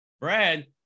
Brad